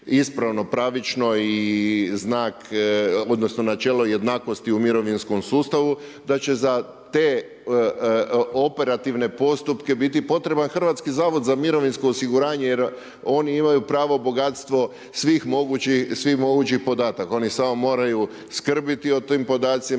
ispravno, pravično i znak, načelo jednakosti u mirovinskom sustavu, da će za te operativne postupke biti potreban HZMO jer oni imaju pravo bogatstvo svih mogućih podataka. Oni samo moraju skrbiti o tim podacima,